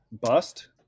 Bust